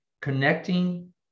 connecting